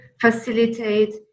facilitate